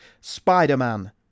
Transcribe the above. Spider-Man